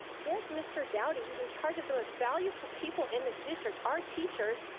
give mr. dowdy who is in charge of the most valuable people in this district, our teachers,